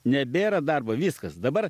nebėra darbo viskas dabar